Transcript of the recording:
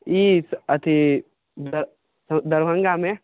ई अथी दरभङ्गामे